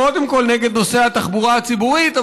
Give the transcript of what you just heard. קודם כול נגד נושא התחבורה הציבורית,